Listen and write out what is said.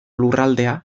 lurraldea